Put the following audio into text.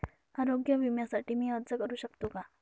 आरोग्य विम्यासाठी मी अर्ज करु शकतो का?